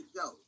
go